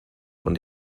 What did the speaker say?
von